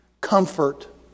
comfort